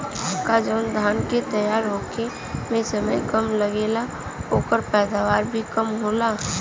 का जवन धान के तैयार होखे में समय कम लागेला ओकर पैदवार भी कम होला?